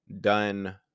done